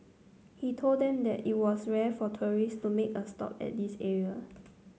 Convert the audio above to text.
he told them that it was rare for tourist to make a stop at this area